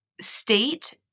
state